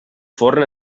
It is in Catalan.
forn